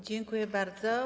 Dziękuję bardzo.